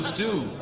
do